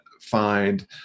find